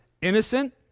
innocent